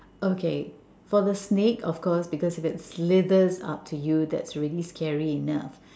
okay for the snake of course because if it slithers up to you that's already scary enough